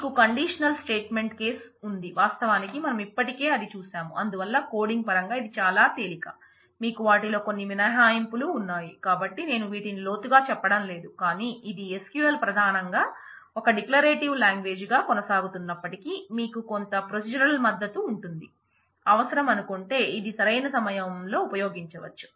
మీకు conditional statement case లతో మనం ఎన్నో చెయ్యవచ్చు